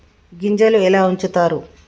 గింజలు ఎలా ఉంచుతారు?